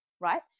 right